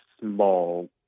small